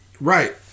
Right